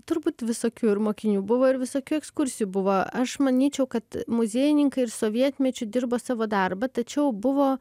turbūt visokių ir mokinių buvo ir visokių ekskursijų buvo aš manyčiau kad muziejininkai ir sovietmečiu dirbo savo darbą tačiau buvo